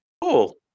Cool